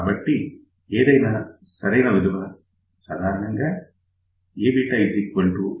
కాబట్టి ఏది సరైన విలువ సాధారణంగా Aβ 1